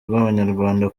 rw’abanyarwanda